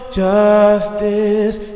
justice